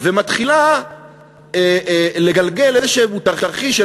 ומתחיל להתגלגל איזשהו תרחיש,